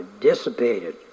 dissipated